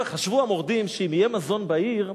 המורדים חשבו שאם יהיה מזון בעיר,